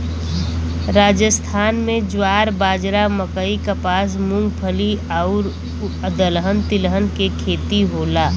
राजस्थान में ज्वार, बाजरा, मकई, कपास, मूंगफली आउर दलहन तिलहन के खेती होला